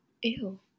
Ew